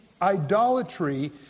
idolatry